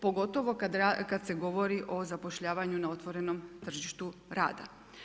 Pogotovo kad se govori o zapošljavanju na otvorenom tržištu rada.